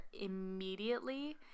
immediately